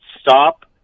stop